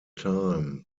time